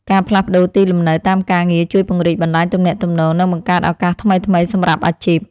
ការផ្លាស់ប្តូរទីលំនៅតាមការងារជួយពង្រីកបណ្តាញទំនាក់ទំនង និងបង្កើតឱកាសថ្មីៗសម្រាប់អាជីព។